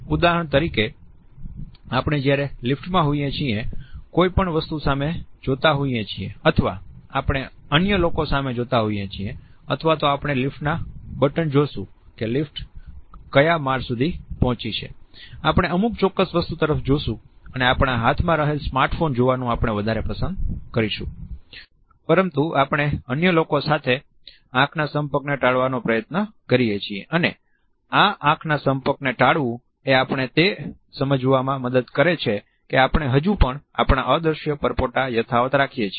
ઉદાહરણ તરીકે આપણે જ્યારે લીફ્ટ માં હોઈએ છીએ કોઈ પણ વસ્તુ સામે જોતા હોઈએ છીએ અથવા આપણે અન્ય લોકો સામે જોતા હોઈએ છીએ અથવા તો આપણે લિફ્ટ બટન જોશું કે લીફ્ટ ક્યાં માળ સુધી પહોંચી છે આપણે અમુક ચોક્કસ વસ્તુ તરફ જોશુ અને આપણા હાથમાં રહેલા સ્માર્ટફોન જોવાનું આપણે વધારે પસંદ કરીશું પરંતુ આપણે અન્ય લોકો સાથે આંખના સંપર્કને ટાળવાનો પ્રયત્ન કરીએ છીએ અને આ આંખના સંપર્કને ટાળવું એ આપણે તે સમજવામાં મદદ કરે છે કે આપણે હજુ પણ આપણા અદ્રશ્ય પરપોટા યથાવત રાખી રહ્યા છીએ